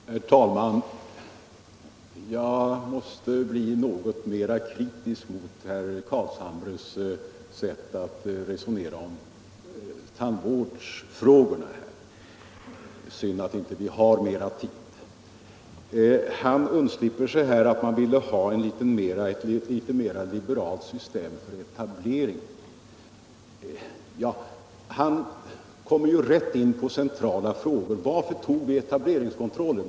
Herr talman! Jag måste bli något mera kritisk mot herr Carlshamres sätt att resonera om tandvårdsfrågorna. Det är synd att vi inte har mera tid till förfogande. Herr Carlshamre undslipper sig att man ville ha ett något mera liberalt system för etablering. Han kommer rätt in på centrala frågor. Varför genomförde vi etableringskontrollen?